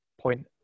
point